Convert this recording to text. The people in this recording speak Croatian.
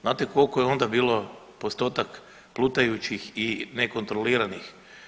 Znate koliko je onda bio postotak plutajućih i nekontroliranih?